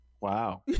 wow